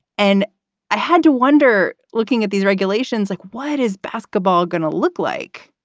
and i had to wonder, looking at these regulations, like, what is basketball going to look like?